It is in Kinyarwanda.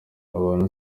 abantu